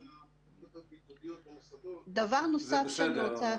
זה בסדר.